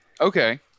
Okay